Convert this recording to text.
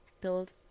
build